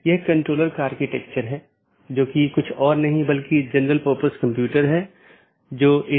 AS के भीतर इसे स्थानीय IGP मार्गों का विज्ञापन करना होता है क्योंकि AS के भीतर यह प्रमुख काम है